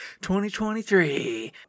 2023